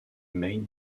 made